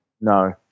No